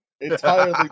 entirely